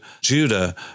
Judah